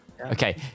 Okay